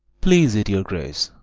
please it your grace,